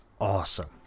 awesome